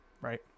Right